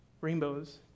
rainbows